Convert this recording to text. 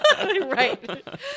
Right